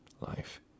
life